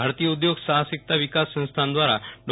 ભારતીય ઉદ્યોગ સાહસિકતા વિકાસ સંસ્થાન દ્વારા ડો